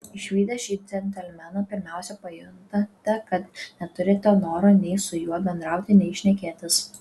išvydę šį džentelmeną pirmiausia pajuntate kad neturite noro nei su juo bendrauti nei šnekėtis